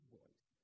voice